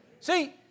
See